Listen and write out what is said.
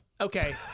Okay